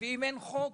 ואם אין חוק,